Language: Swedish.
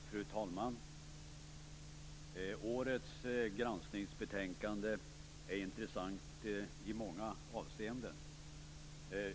Fru talman! Årets granskningsbetänkande är intressant i många avseenden.